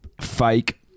fake